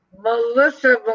Melissa